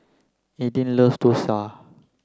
Eden loves Dosa